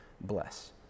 bless